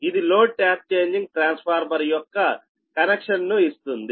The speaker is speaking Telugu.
ఇది లోడ్ ట్యాప్ చేంజింగ్ ట్రాన్స్ఫార్మర్ యొక్క కనెక్షన్ను ఇస్తుంది